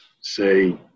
say